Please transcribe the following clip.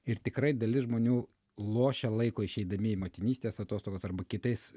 ir tikrai dalis žmonių lošia laiko išeidami į motinystės atostogas arba kitais